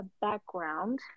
background